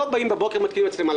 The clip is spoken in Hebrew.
לא באים בבוקר ומתקינים מצלמה.